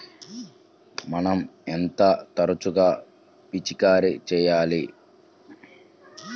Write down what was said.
మనం ఎంత తరచుగా పిచికారీ చేయాలి?